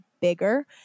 bigger